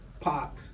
Pop